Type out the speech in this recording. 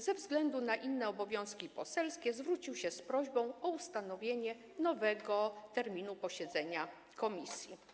Ze względu na inne obowiązki poselskie zwrócił się z prośbą o ustalenie nowego terminu posiedzenia komisji.